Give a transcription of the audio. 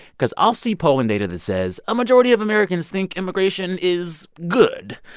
because i'll see polling data that says a majority of americans think immigration is good.